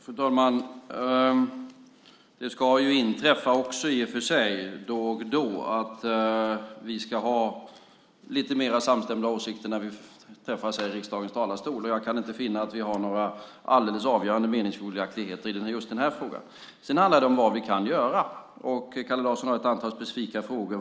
Fru talman! Det ska ju i och för sig också inträffa då och då att vi ska ha lite mer samstämda åsikter när vi träffas här i riksdagens talarstol, och jag kan inte finna att vi har några alldeles avgörande meningsskiljaktigheter i just den här frågan. Sedan handlar det om vad vi kan göra. Kalle Larsson har en del specifika frågor.